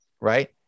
right